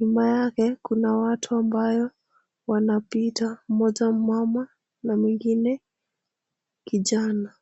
Nyuma yake kuna watu ambayo wanapita, mmoja mmama na mwingine kijana.